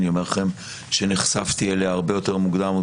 אני אומר לכם שנחשפתי אליה הרבה יותר מוקדם עוד